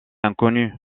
inconnue